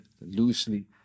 loosely